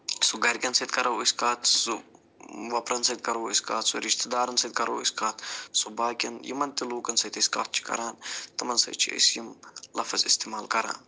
سُہ گَرِکٮ۪ن سۭتۍ کَرو أسۍ کَتھ سُہ وۄپرن سۭتۍ کَرو أسۍ کَتھ سُہ رشتہٕ دارن سۭتۍ کَرو أسۍ کتھ سُہ باقین یِمن تہِ لوٗکن سۭتۍ أسۍ کَتھ چھِ کَران تِمن سۭتۍ چھِ أسۍ یِم لفظ استعمال کَران